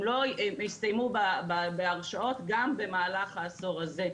הם לא הסתיימו בהרשעות גם במהלך העשור הזה.